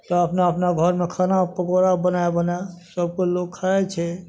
तऽ अपना अपना घरमे खाना थोकबारा बनए बनए सबके लोग खाइ छै